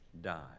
die